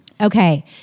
Okay